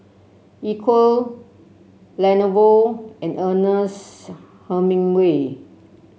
Equal Lenovo and Ernest Hemingway